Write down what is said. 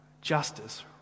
justice